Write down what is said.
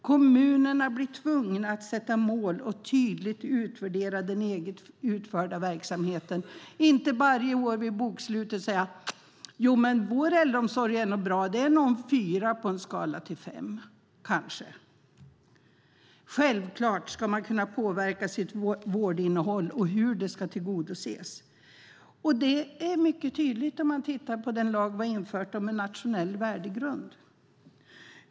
Kommunerna blir tvungna att sätta upp mål och tydligt utvärdera den av dem själva utförda verksamheten. Man ska inte varje år i samband med bokslut kunna säga: Ja, men vår äldreomsorg är bra. Det är nog en fyra på en skala ett till fem. Självklart ska man kunna påverka vårdinnehållet och hur det ska tillgodoses. Det är mycket tydligt när vi tittar på lagen om nationell värdegrund, som vi infört.